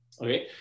Okay